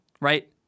right